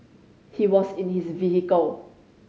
he was in his vehicle